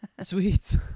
Sweets